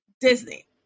Disney